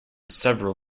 several